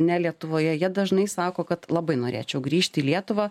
ne lietuvoje jie dažnai sako kad labai norėčiau grįžti į lietuvą